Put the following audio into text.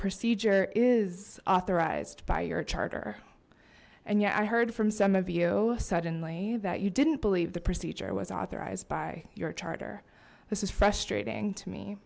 procedure is authorized by your charter and yet i heard from some of you suddenly that you didn't believe the procedure was authorized by your charter this is frustrating to me